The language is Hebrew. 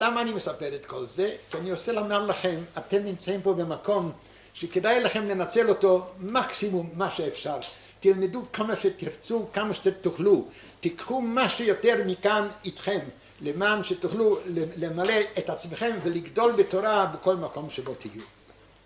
למה אני מספר את כל זה, כי אני רוצה לומר לכם, אתם נמצאים פה במקום שכדאי לכם לנצל אותו מקסימום מה שאפשר, תלמדו כמה שתרצו, כמה שתוכלו, תיקחו משהו יותר מכאן איתכם, למען שתוכלו למלא את עצמכם ולגדול בתורה בכל מקום שבו תהיו.